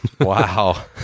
Wow